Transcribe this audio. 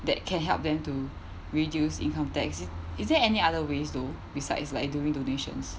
that can help them to reduce income tax is there any other ways though besides like doing donations